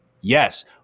Yes